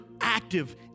active